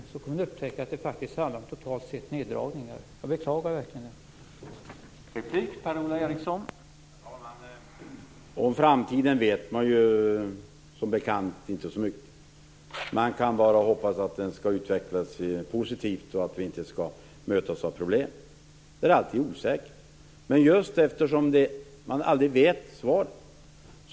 Ni kommer då att upptäcka att det totalt sett faktiskt handlar om neddragningar, vilket jag verkligen beklagar.